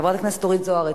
חברת הכנסת אורית זוארץ.